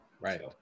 Right